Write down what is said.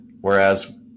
Whereas